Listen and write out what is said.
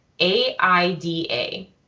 a-i-d-a